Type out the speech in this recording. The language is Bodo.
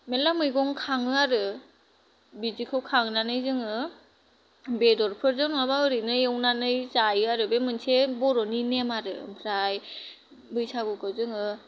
मेल्ला मैगं खाङो आरो बिदिखौ खांनानै जोङो बेदरफोरजों माबा एरैनो इउनानै जायो आरो बे मोनसे बर' नि नेम आरो ओमफ्राय बैसागुखौ जोङो